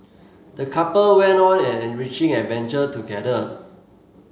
the couple went on an enriching adventure together